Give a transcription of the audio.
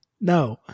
no